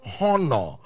honor